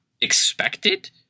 expected